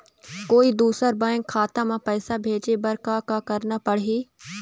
कोई दूसर बैंक खाता म पैसा भेजे बर का का करना पड़ही?